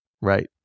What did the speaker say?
right